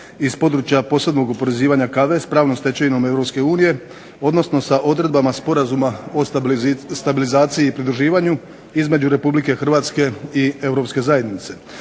iz područja posebnog oporezivanja kave s pravnom stečevinom EU, odnosno sa odredbama Sporazuma o stabilizaciji i pridruživanje između RH i Europske zajednice,